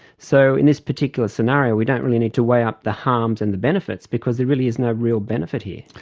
so in this particular scenario we don't really need to weigh up the harms and the benefits because there really is no real benefit here.